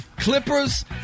Clippers